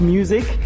Music